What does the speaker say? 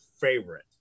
favorite